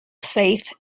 safe